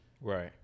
Right